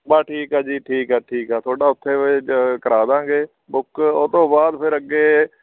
ਬਸ ਠੀਕ ਆ ਜੀ ਠੀਕ ਆ ਠੀਕ ਆ ਤੁਹਾਡਾ ਉੱਥੇ ਕਰਾ ਦਾਂਗੇ ਬੁੱਕ ਉਹ ਤੋਂ ਬਾਅਦ ਫਿਰ ਅੱਗੇ